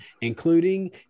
including